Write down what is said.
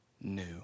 new